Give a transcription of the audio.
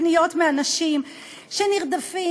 פניות מאנשים שנרדפים,